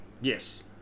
Yes